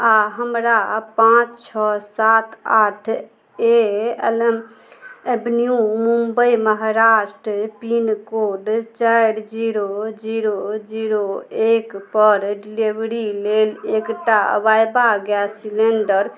आओर हमरा पाँच छओ सात आठ A elm avenue Mumbai Maharashtra pincode चारि जीरो जीरो जीरो एकपर डिलिवरी लेल एकटा अवायवा गैस सिलिण्डर